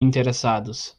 interessados